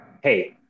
Hey